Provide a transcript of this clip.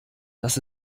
das